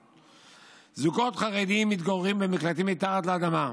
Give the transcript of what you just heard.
זוגות חרדים מתגוררים במקלטים מתחת לאדמה,